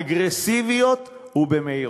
אגרסיביות, ובמהירות.